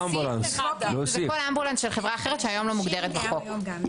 מבקשים להוסיף בחוק לכל אמבולנס של חברה אחרת שהיום לא מוגדרת בחוק.